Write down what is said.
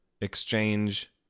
exchange